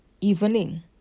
evening